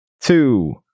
two